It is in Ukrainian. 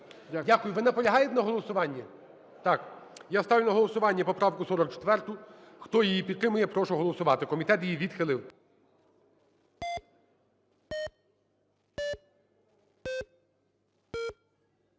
Дякую. Ви наполягаєте на голосуванні? Так. Я ставлю на голосування поправку 44. Хто її підтримує, я прошу голосувати. Комітет її відхилив.